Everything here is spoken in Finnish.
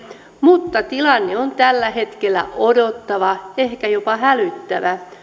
mutta tilanne on tällä hetkellä odottava ehkä jopa hälyttävä